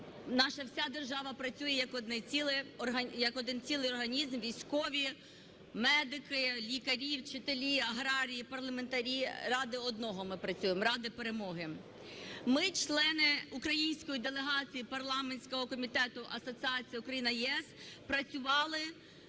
наша вся держава працює як один цілий організм: військові, медики, лікарі, вчителі, аграрії, парламентарі, заради одного ми працюємо – заради перемоги. Ми, члени української делегації Парламентського комітету асоціації Україна-ЄС, працювали